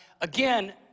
again